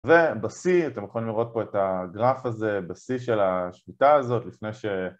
ובשיא, אתם יכולים לראות פה את הגרף הזה, בשיא של השליטה הזאת לפני ש...